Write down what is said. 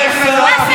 מה זה,